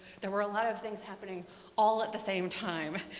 there were a lot of things happening all at the same time.